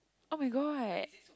oh-my-god